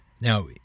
Now